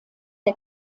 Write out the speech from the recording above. der